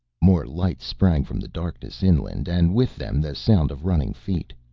more lights sprang from the darkness inland and with them the sound of running feet.